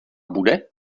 bude